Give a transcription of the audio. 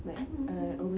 I don't know